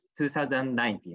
2019